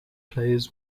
players